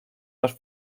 dos